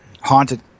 Haunted